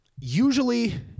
usually